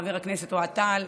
חבר הכנסת אוהד טל,